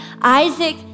Isaac